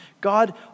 God